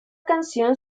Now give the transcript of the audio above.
canción